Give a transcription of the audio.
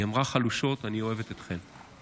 היא אמרה חלושות: אני אוהבת אתכם.